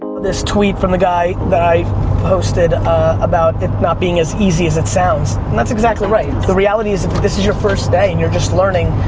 this tweet from the guy that i posted about it not being as easy as it sounds, and that's exactly right. the reality is if this is your first day and you're just learning,